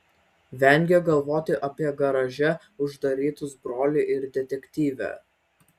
vengė galvoti apie garaže uždarytus brolį ir detektyvę